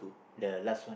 the last one